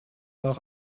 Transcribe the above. auch